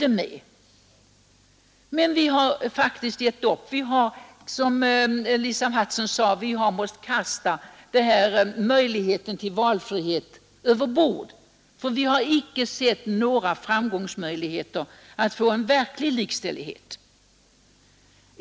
Som Lisa Mattson sade har vi måst kasta möjligheten till valfrihet över bord, eftersom vi inte sett några framgångsmöjligheter att få en verklig likställighet.